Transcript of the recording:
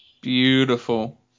beautiful